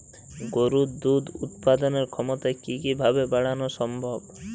গরুর দুধ উৎপাদনের ক্ষমতা কি কি ভাবে বাড়ানো সম্ভব?